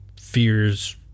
fears